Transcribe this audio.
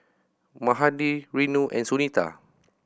Mahade Renu and Sunita